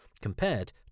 compared